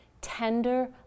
tender